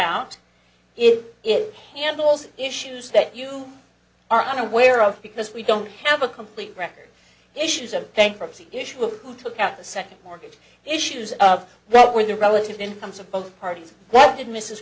out if it handles issues that you are unaware of because we don't have a complete record issues of bankruptcy the issue of who took out the second mortgage issues of what were the relative incomes of both parties what did mrs